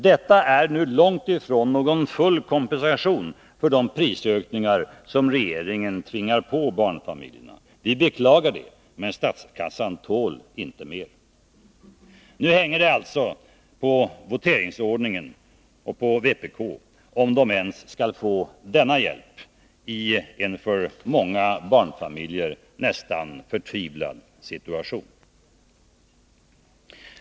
Det är långt ifrån någon full kompensation för de prisökningar som regeringen tvingar på barnfamiljerna. Vi beklagar det, men statskassan tål inte mer. Nu hänger det alltså på voteringsordningen och på vpk, om de ens skall få denna hjälp i en för många barnfamiljer nästan förtvivlad situation.